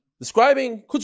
Describing